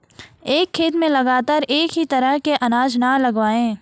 एक खेत में लगातार एक ही तरह के अनाज न लगावें